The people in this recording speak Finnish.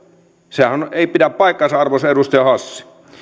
sehän ei pidä paikkaansa arvoisa edustaja hassi